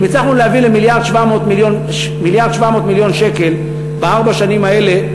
כי אם הצלחנו להביא 1.7 מיליארד שקל בארבע השנים האלה,